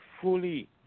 fully